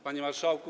Panie Marszałku!